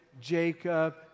Jacob